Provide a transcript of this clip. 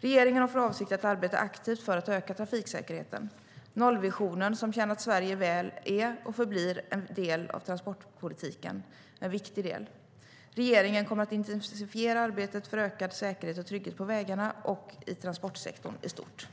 Regeringen har för avsikt att arbeta aktivt för att öka trafiksäkerheten. Nollvisionen, som tjänat Sverige väl, är och förblir en viktig del av transportpolitiken. Regeringen kommer att intensifiera arbetet för ökad säkerhet och trygghet på vägarna och i transportsektorn i stort.